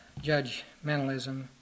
judgmentalism